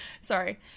Sorry